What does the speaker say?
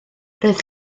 roedd